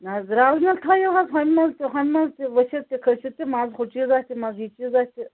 نہ حظ رَلہٕ مِل تھٲیِو حظ ہُمہِ منٛز تہِ ہُمہِ منٛز تہِ ؤسِتھ تہِ کھٔسِتھ تہِ منٛزٕ ہُہ چیٖزاہ تہِ منٛزٕ یہِ چیٖزاہ تہِ